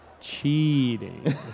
cheating